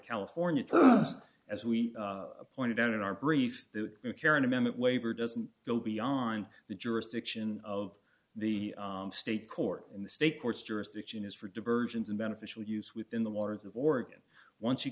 california as we pointed out in our brief mccarran amendment waiver doesn't go beyond the jurisdiction of the state court in the state court's jurisdiction is for diversions and beneficial use within the waters of oregon once you